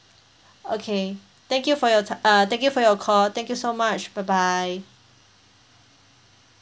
okay thank you for your ti~ uh thank you for your call thank you so much bye bye